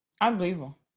Unbelievable